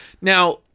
Now